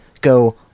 go